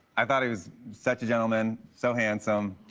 i thought he was such a gentleman, so handsome,